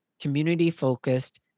community-focused